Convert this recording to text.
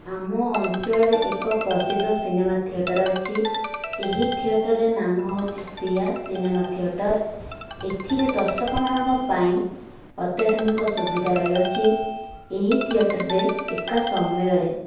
ଆମ ଅଞ୍ଚଳରେ ଏକ ପ୍ରସିଦ୍ଧ ସିନେମା ଥିଏଟର ଅଛି ଏହି ଥିଏଟରର ନାମ ହଉଛି ଶ୍ରୀୟା ସିନେମା ଥିଏଟର ଏଥିରେ ଦର୍ଶକମାନଙ୍କ ପାଇଁ ଅତ୍ୟାଧୁନିକ ସୁବିଧା ରହିଅଛି ଏହି ଥିଏଟରରେ ଏକା ସମୟରେ